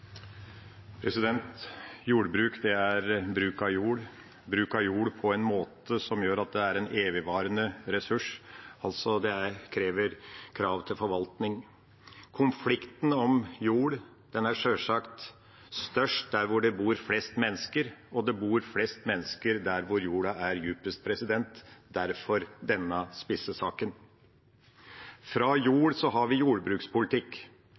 en evigvarende ressurs. Det stiller krav til forvaltning. Konflikten om jord er sjølsagt størst der hvor det bor flest mennesker, og det bor flest mennesker der hvor jorda er djupest – derfor denne spisse saken. Fra jord har vi jordbrukspolitikk.